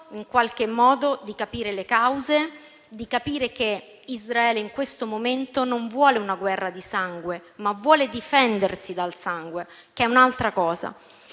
per cercare di capire le cause, di capire che Israele in questo momento non vuole una guerra di sangue, ma vuole difendersi dal sangue, che è un'altra cosa.